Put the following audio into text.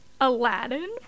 Aladdin